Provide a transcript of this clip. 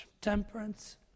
temperance